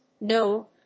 No